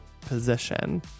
position